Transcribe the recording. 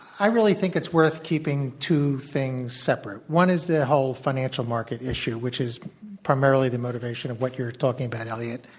i really think it's worth keeping two things separate. one is the whole financial market issue, which is primarily the motivation of what you're talking about, eliot.